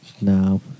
No